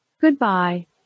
Goodbye